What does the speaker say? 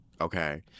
Okay